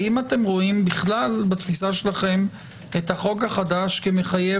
האם אתם רואים בתפיסה שלכם את החוק החדש כמחייב